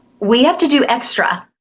we have to do extra.